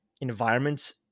environments